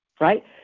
right